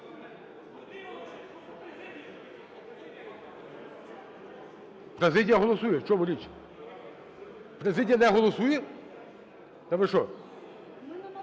Президія голосує. В чому річ? Президія не голосує? Та ви що?